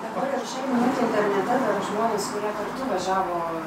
dabar ir šiai minutei internete dar žmonės kurie kartu važiavo